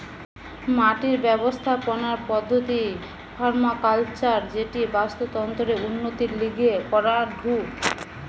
মাটির ব্যবস্থাপনার পদ্ধতির পার্মাকালচার যেটি বাস্তুতন্ত্রের উন্নতির লিগে করাঢু